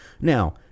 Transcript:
Now